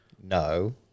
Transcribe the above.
no